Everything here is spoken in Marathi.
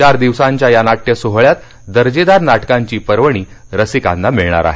चार दिवसांच्या या नाट्य सोहळ्यात दर्जेदार नाटकांची पर्वणी रसिकांना मिळणार आहे